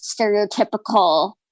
stereotypical